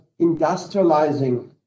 industrializing